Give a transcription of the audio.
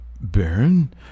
Baron